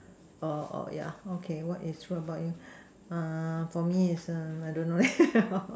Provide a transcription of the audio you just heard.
oh oh yeah okay what is true about you uh for me is err I don't know